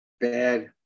bad